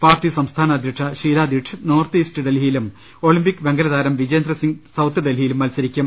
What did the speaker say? party സംസ്ഥാന അധ്യക്ഷ Sheila Dikshit north east ഡൽഹിയിലും ഒളിംപിക് വെങ്കലതാരം വിജേന്ദ്ര സിംഗ് സൌത്ത് ഡൽഹിയിലും മത്സരിക്കും